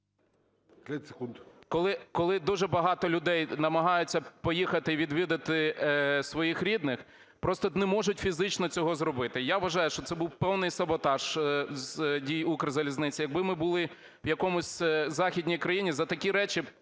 коли дуже багато людей намагаються поїхати і відвідати своїх рідних, просто не можуть фізично цього зробити. Я вважаю, що це був певний саботаж дій "Укрзалізниці". Якби ми були в якійсь західній країні, за такі речі